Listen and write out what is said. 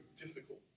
difficult